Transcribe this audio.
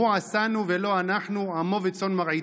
הוא עשנו ולו אנחנו עמו וצאן מרעיתו.